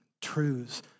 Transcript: truths